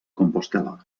compostel·la